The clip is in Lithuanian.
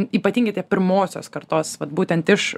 ypatingai tie pirmosios kartos vat būtent iš